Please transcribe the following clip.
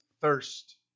thirst